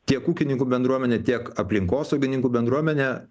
tiek ūkininkų bendruomenę tiek aplinkosaugininkų bendruomenę